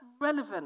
relevant